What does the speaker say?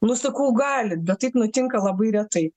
nu sakau gali bet taip nutinka labai retai